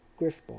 Griffball